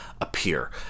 appear